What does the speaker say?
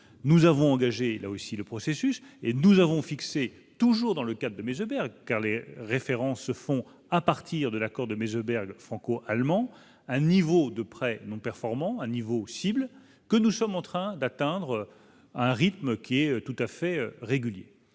nous avons engagé là aussi le processus et nous avons fixé toujours dans le cas de Meseberg car les références se font à partir de l'accord de Meseberg franco-allemand, un niveau de prêts non performants un niveau cibles que nous sommes en train d'atteindre un rythme qui est tout à fait régulier,